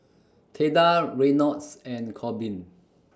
Theda Reynolds and Korbin